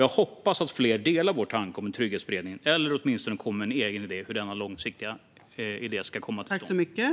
Jag hoppas att fler delar vår tanke om en trygghetsberedning eller åtminstone kommer med en egen idé om hur denna långsiktighet ska komma till stånd.